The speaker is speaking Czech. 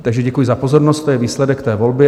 Takže děkuji za pozornost, to je výsledek té volby.